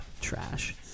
Trash